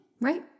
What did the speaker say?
Right